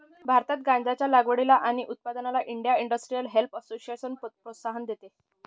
भारतात गांज्याच्या लागवडीला आणि उत्पादनाला इंडिया इंडस्ट्रियल हेम्प असोसिएशन प्रोत्साहन देते